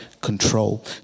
control